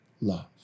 love